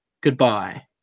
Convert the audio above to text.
Goodbye